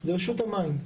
--- זה רשות המים.